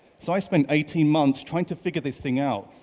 so i spent eighteen months trying to figure this thing out.